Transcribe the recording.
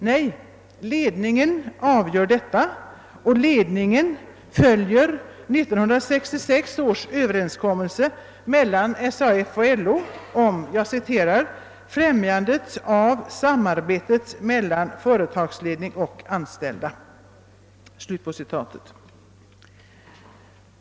Nej, ledningen avgör detta, och ledningen följer 1966 års överenskommelse mellan SAF och LO om »främjande av samarbetet mellan företagsledning och anställda».